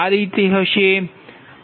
હશે